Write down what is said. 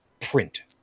print